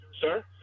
sir